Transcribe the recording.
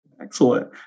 Excellent